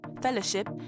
fellowship